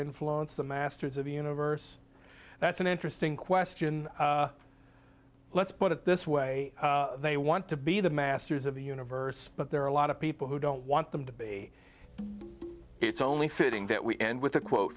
influence the masters of the universe that's an interesting question let's put it this way they want to be the masters of the universe but there are a lot of people who don't want them to be it's only fitting that we end with a quote